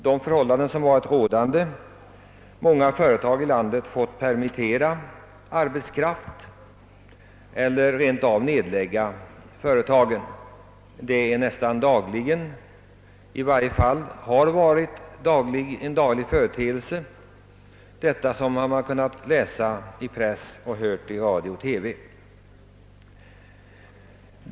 De förhållanden som varit rådande har gjort att många företag i landet fått permittera arbetskraft eller rent av nedlägga företaget. Det har varit en nästan daglig företeelse som mam kunnat läsa om i pressen och höra om i radio och TV.